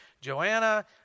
Joanna